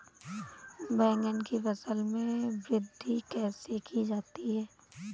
बैंगन की फसल में वृद्धि कैसे की जाती है?